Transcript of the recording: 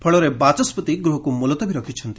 ଫଳରେ ବାଚସ୍କତି ଗୃହକୁ ମୁଲତବୀ ରଖିଛନ୍ତି